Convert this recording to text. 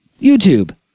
youtube